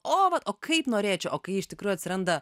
o va kaip norėčiau o kai iš tikrųjų atsiranda